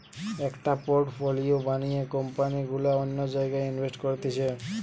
একটা পোর্টফোলিও বানিয়ে কোম্পানি গুলা অন্য জায়গায় ইনভেস্ট করতিছে